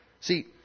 See